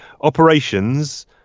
operations